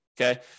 okay